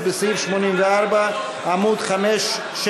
אין כאלה, אז